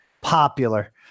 popular